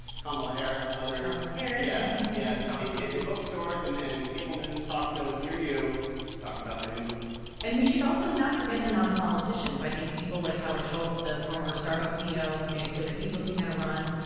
kamala harris, others kamala harris yeah yeah um but hitting, bookstores and and cable news talk shows near you to talk about their new book and we should also not forget the nonpoliticians i think people like howard schultz, the former starbucks ceo, who's made it clear he's looking at a run.